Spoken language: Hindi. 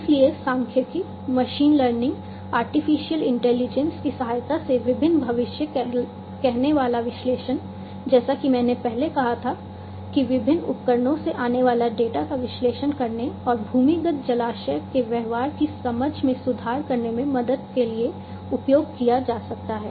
इसलिए सांख्यिकी मशीन लर्निंग आर्टिफिशियल इंटेलिजेंस की सहायता से विभिन्न भविष्य कहनेवाला विश्लेषण जैसा कि मैंने पहले कहा था कि विभिन्न उपकरणों से आने वाले डेटा का विश्लेषण करने और भूमिगत जलाशय के व्यवहार की समझ में सुधार करने में मदद करने के लिए उपयोग किया जा सकता है